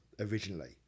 originally